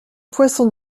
poisson